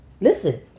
listen